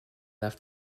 left